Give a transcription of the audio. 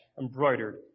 embroidered